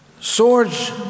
Swords